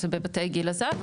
זה בבתי גיל הזהב,